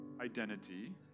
identity